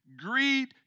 Greed